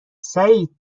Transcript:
سعید